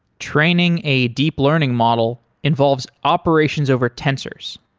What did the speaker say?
training a deep learning model involves operations over tensors.